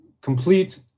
complete